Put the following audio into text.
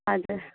हजुर